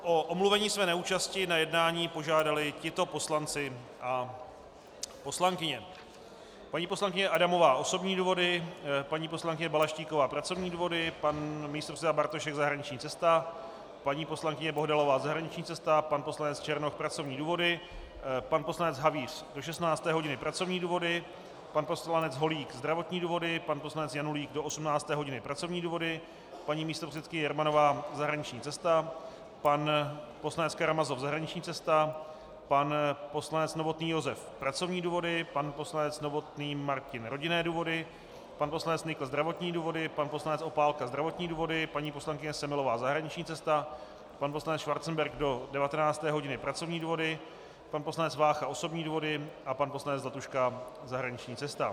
O omluvení své neúčasti na jednání požádali tito poslanci a poslankyně: paní poslankyně Adamová osobní důvody, paní poslankyně Balaštíková pracovní důvody, pan místopředseda Bartošek zahraniční cesta, paní poslankyně Bohdalová zahraniční cesta, pan poslanec Černoch pracovní důvody, pan poslanec Havíř do 16. hodiny pracovní důvody, pan poslanec Holík zdravotní důvody, pan poslanec Janulík do 18. hodiny pracovní důvody, paní místopředsedkyně Jermanová zahraniční cesta, pan poslanec Karamazov zahraniční cesta, pan poslanec Novotný Josef pracovní důvody, pan poslanec Novotný Martin rodinné důvody, pan poslanec Nykl zdravotní důvody, pan poslanec Opálka zdravotní důvody, paní poslankyně Semelová zahraniční cesta, pan poslanec Schwarzenberg do 19. hodiny pracovní důvody, pan poslanec Vácha osobní důvody a pan poslanec Zlatuška zahraniční cesta.